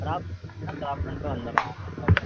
drop drop பண்ணிட்டு வந்திடலாம்